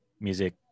music